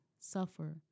suffer